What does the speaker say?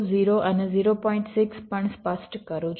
6 પણ સ્પષ્ટ કરું છું